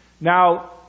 Now